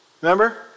Remember